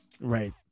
Right